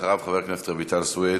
אחריו, חברת הכנסת רויטל סויד,